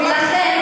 על מה?